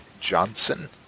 Johnson